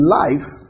life